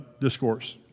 discourse